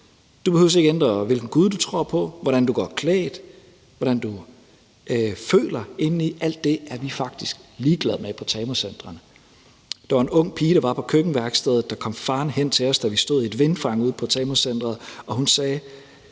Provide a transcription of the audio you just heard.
Du behøver ikke ændre på, hvilken gud du tror på, hvordan du går klædt, hvordan du føler indeni: alt det er vi faktisk ligeglade med på TAMU-centrene. Der var en ung pige, der var på køkkenværkstedet, der kom farende hen til os, da vi stod i et vindfang ude på TAMU-centeret. Hun sagde